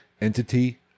entity